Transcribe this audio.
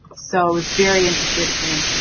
so i was very interested in